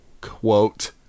Quote